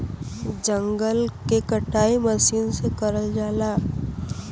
जंगल के कटाई मसीन से करल जाला